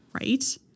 right